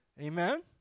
Amen